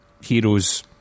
Heroes